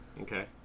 Okay